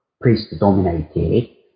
priest-dominated